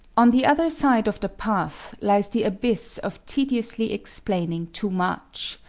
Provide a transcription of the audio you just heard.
on the other side of the path lies the abyss of tediously explaining too much.